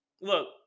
look